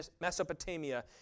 Mesopotamia